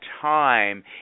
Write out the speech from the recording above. time